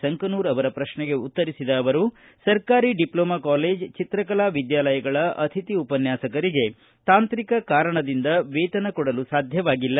ಸಂಕನೂರ ಅವರ ಪ್ರತ್ನೆಗೆ ಉತ್ತರಿಸಿದ ಅವರು ಸರ್ಕಾರಿ ಡಿಪ್ನೊಮಾ ಕಾಲೇಜು ಚಿತ್ರಕಲಾ ವಿದ್ಯಾಲಯಗಳ ಅತಿಥಿ ಉಪನ್ಯಾಸಕರಿಗೆ ತಾಂತ್ರಿಕ ಕಾರಣದಿಂದ ವೇತನ ಕೊಡಲು ಸಾಧ್ಯವಾಗಿಲ್ಲ